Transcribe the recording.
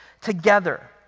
together